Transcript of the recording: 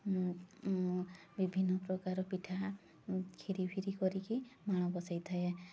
ମୁଁ ମୁଁ ବିଭିନ୍ନ ପ୍ରକାର ପିଠା ଖିରି ଫିରି କରିକି ମାଣ ବସେଇ ଥାଏ